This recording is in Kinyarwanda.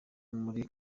muri